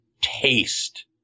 taste